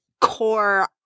core